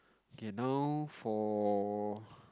okay now for